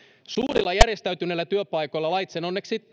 suurilla järjestäytyneillä työpaikoilla lait sen onneksi